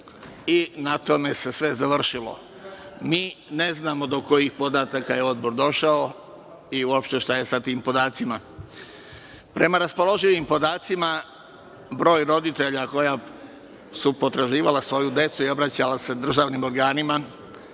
i na tome se sve završilo. Mi ne znamo do kojih podataka je odbor došao i uopšte šta je sa tim podacima. Prema raspoloživim podacima broj roditelja koji su potraživali svoju decu i obraćali se državnim organima